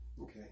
Okay